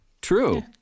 true